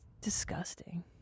disgusting